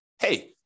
hey